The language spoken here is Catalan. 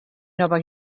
nova